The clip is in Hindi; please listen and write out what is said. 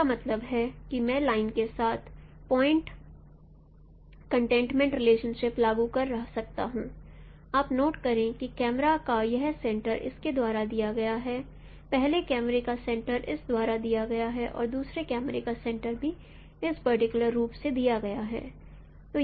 जिसका मतलब है कि मैं लाइन के साथ पॉइंट कंटेंटमैंट रिलेशनशिप लागू कर सकता हूं आप नोट करे कि कैमरा का यह सेंटर इसके द्वारा दिया गया है पहले कैमरे का सेंटर इस द्वारा दिया गया है और दूसरे कैमरे का सेंटर भी इस पर्टिकुलर रूप से दिया गया है